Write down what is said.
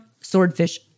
swordfish